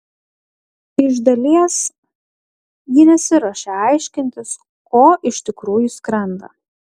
iš dalies ji nesiruošia aiškintis ko iš tikrųjų skrenda